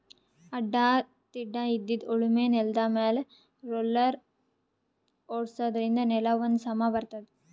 ಅಡ್ಡಾ ತಿಡ್ಡಾಇದ್ದಿದ್ ಉಳಮೆ ನೆಲ್ದಮ್ಯಾಲ್ ರೊಲ್ಲರ್ ಓಡ್ಸಾದ್ರಿನ್ದ ನೆಲಾ ಒಂದ್ ಸಮಾ ಬರ್ತದ್